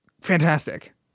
fantastic